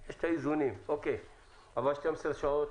יש את האיזונים, אבל 12 שעות,